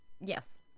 Yes